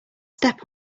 step